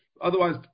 otherwise